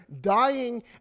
dying